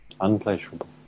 unpleasurable